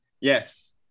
Yes